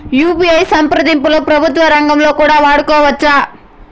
UPI సంప్రదింపులు ప్రభుత్వ రంగంలో కూడా వాడుకోవచ్చా?